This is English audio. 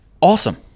Awesome